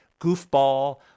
goofball